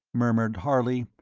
murmured harley.